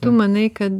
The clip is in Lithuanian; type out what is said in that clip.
tu manai kad